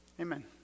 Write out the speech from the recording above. Amen